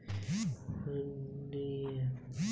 phone पे app को mobile में गूगल प्ले स्टोर से डाउनलोड कीजिए